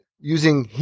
Using